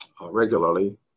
regularly